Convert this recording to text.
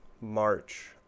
March